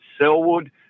Selwood